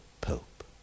Pope